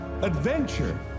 adventure